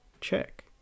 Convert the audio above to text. check